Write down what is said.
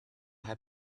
had